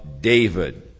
David